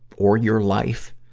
or your life,